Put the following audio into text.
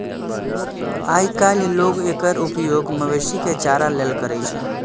आइकाल्हि लोग एकर उपयोग मवेशी के चारा लेल करै छै